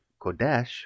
kodesh